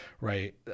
Right